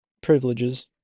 privileges